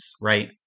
right